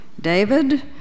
David